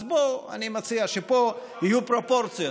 אז בוא, אני מציע שפה יהיו פרופורציות.